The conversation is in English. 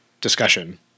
discussion